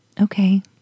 Okay